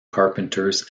carpenters